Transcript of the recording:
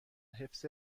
حفظ